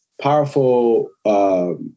powerful